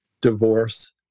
divorce